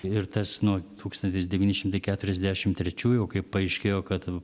ir tas nuo tūkstantis devyni šimtai keturiasdešimt trečių jau kai paaiškėjo kad